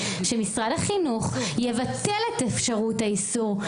שמשרד החינוך יבטל את אפשרות האיסור.